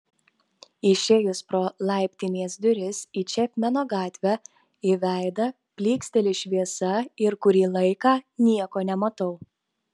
išėjus pro laiptinės duris į čepmeno gatvę į veidą plyksteli šviesa ir kurį laiką nieko nematau